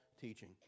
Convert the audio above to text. teaching